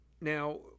Now